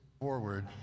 forward